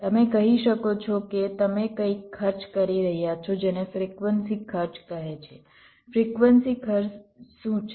તમે કહી શકો છો કે તમે કંઇક ખર્ચ કરી રહ્યા છો જેને ફ્રિક્વન્સી ખર્ચ કહે છે ફ્રિક્વન્સી ખર્ચ શું છે